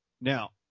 now